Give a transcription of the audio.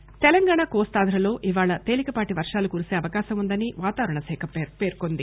వాతావరణం తెలంగాణ కోస్తాంధ్రలో ఇవాళ తేలికపాటి వర్షాలు కురిసే అవకాశం ఉందని వాతావరణ శాఖ పేర్కొంది